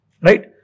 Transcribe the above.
Right